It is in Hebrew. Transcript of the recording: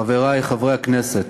חברי חברי הכנסת,